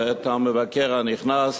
ואת המבקר הנכנס,